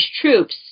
troops